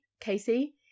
casey